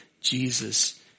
Jesus